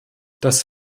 das